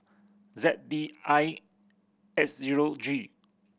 Z D I X zero G